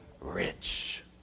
rich